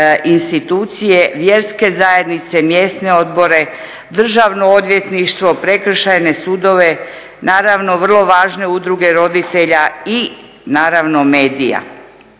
institucije, vjerske zajednice, mjesne odbore, državno odvjetništvo, prekršajne sudove, naravno vrlo važne udruge roditelja i medija.